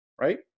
right